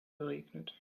geregnet